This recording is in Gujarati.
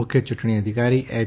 મુખ્ય યૂંટણી અધિકારી એચ